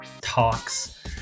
Talks